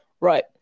right